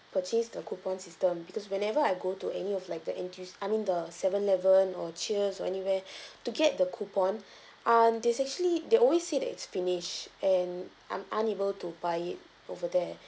purchase the coupon system because whenever I go to any of like the N_T_U~ I mean the seven eleven or cheers or anywhere to get the coupon um that's actually they always say that it's finished and I'm unable to buy it over there